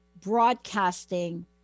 broadcasting